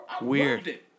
weird